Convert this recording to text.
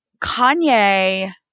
Kanye